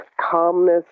calmness